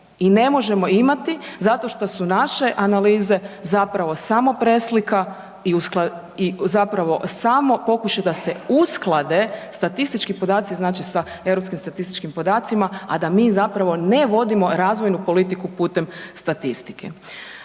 i ne možemo imati zato što su naše analize zapravo samo preslika i zapravo samo pokušaj da se usklade statistički podaci znači sa europskim statističkim podacima, a da mi zapravo ne vodimo razvojnu politiku putem statistike.